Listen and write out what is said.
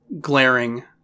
glaring